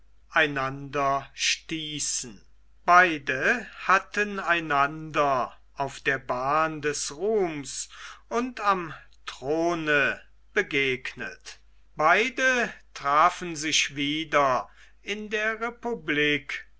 einander stießen beide hatten einander auf der bahn des ruhms und am throne begegnet beide trafen sich wieder in der republik